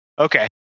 okay